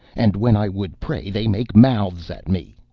and when i would pray they make mouths at me.